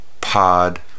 Pod